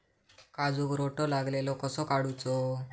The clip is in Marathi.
काजूक रोटो लागलेलो कसो काडूचो?